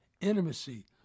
intimacy